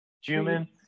Human